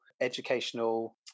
educational